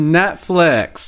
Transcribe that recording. netflix